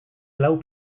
lau